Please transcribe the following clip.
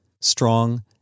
strong